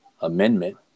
amendment